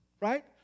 Right